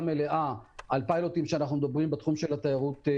מלאה על פיילוטים בתחום של התיירות הנכנסת.